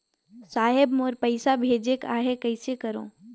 साहेब मोर पइसा भेजेक आहे, कइसे करो?